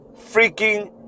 freaking